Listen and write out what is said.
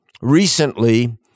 Recently